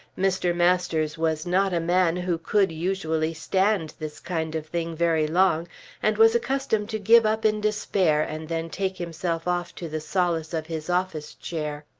mr. masters was not a man who could, usually, stand this kind of thing very long and was accustomed to give up in despair and then take himself off to the solace of his office-chair.